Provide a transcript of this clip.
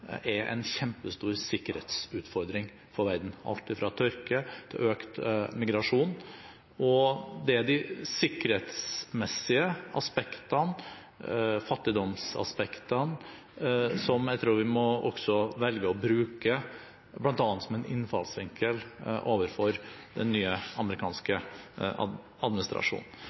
er en kjempestor sikkerhetsutfordring for verden – alt fra tørke til økt migrasjon. Det er de sikkerhetsmessige aspektene, fattigdomsaspektene som jeg også tror vi bl.a. må velge å bruke som en innfallsvinkel overfor den nye amerikanske administrasjonen.